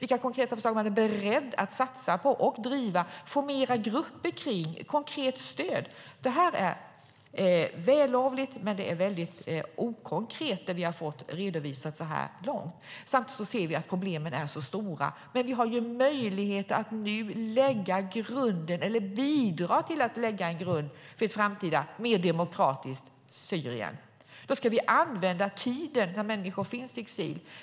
Vilka konkreta förslag är man beredd att satsa på och driva och få mer grupper kring och konkret stöd för? Det vi har fått redovisat så här långt är vällovligt men okonkret. Samtidigt ser vi att problemen är stora. Men vi har möjlighet att nu lägga, eller bidra till att lägga, en grund för ett framtida mer demokratiskt Syrien. Då ska vi använda tiden när människor finns i exil.